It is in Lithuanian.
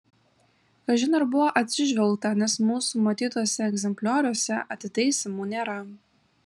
kažin ar buvo atsižvelgta nes mūsų matytuose egzemplioriuose atitaisymų nėra